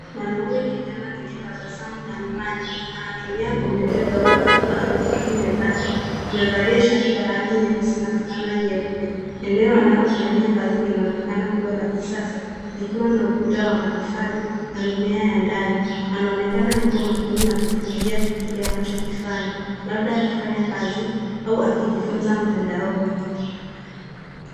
Mwanaume kijana mwenye tabasamu na miwani anatumia kompyuta ndogo akiwa ameketi mezani. Amevalia shati la rangi nyeusi na fulana nyeupe. Eneo analofanyia kazi linaonekana kuwa la kisasa likiwa na ukuta wa matofali na mimea ya ndani. Anaonekana yupo makini na kufurahia kile anachokifanya, labda akifanya kazi au akijifunza mtandaoni.